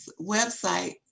website